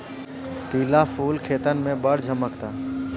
पिला फूल खेतन में बड़ झम्कता